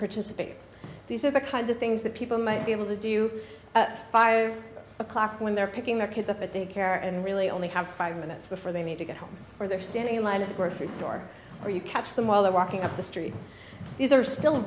participate these are the kinds of things that people might be able to do at five o'clock when they're picking their kids off at daycare and really only have five minutes before they need to go home or they're standing in line at the grocery store or you catch them while they're walking up the street these are still